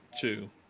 two